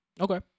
Okay